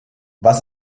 was